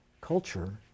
culture